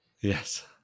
Yes